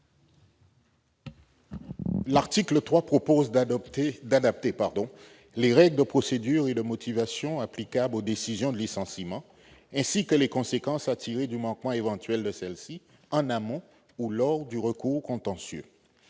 L'article 3 prévoit d'adapter les règles de procédure et de motivation applicables aux décisions de licenciement ainsi que les conséquences à tirer du manquement éventuel à celles-ci, en amont ou lors du recours contentieux.